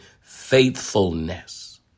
faithfulness